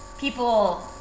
people